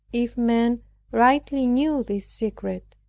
if men rightly knew this secret,